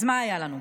אז מה היה לנו?